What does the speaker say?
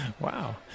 Wow